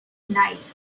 night